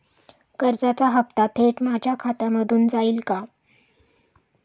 कर्जाचा हप्ता थेट माझ्या खात्यामधून जाईल का?